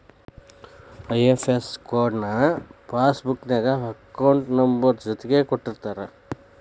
IFS code ನ passbook ನ್ಯಾಗ account number ಜೊತಿಗೆ ಕೊಟ್ಟಿರ್ತಾರ